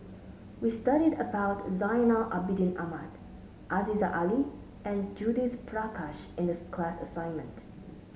we studied about Zainal Abidin Ahmad Aziza Ali and Judith Prakash in the class assignment